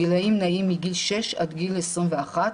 הגילאים נעים מגיל שש עד גיל 21,